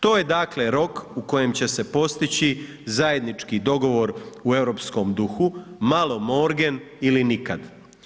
To je dakle rok u kojem će se postići zajednički dogovor u europskom duhu „malo morgen“ ili nikad.